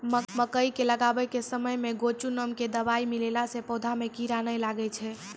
मकई के लगाबै के समय मे गोचु नाम के दवाई मिलैला से पौधा मे कीड़ा नैय लागै छै?